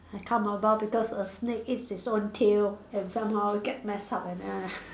I come about because a snake eats its own tail and somehow get messed up and then I